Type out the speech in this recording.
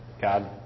God